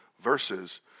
versus